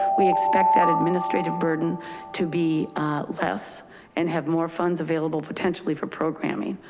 we expect that administrative burden to be less and have more funds available potentially for programming.